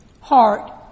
heart